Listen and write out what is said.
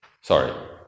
sorry